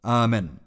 amen